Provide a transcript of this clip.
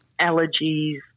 allergies